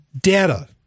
data